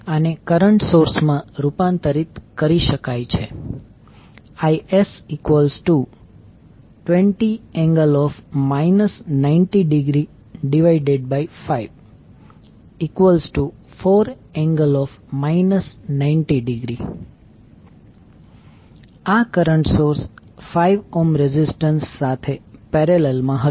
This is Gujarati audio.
આને કરંટ સોર્સ માં રૂપાંતરિત કરી શકાય છે Is20∠ 90°54∠ 90° આ કરંટ સોર્સ 5 ઓહ્મ રેઝિસ્ટન્સ સાથે પેરેલલ મા હશે